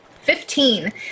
Fifteen